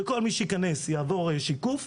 וכל מי שיכנס יעבור שיקוף.